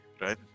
right